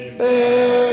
bear